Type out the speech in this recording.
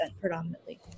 predominantly